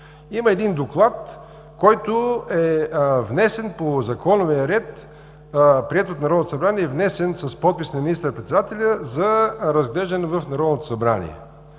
Има доклад, който е внесен по законовия ред, приет от Народното събрание – внесен с подпис на министър-председателя за разглеждане в Народното събрание.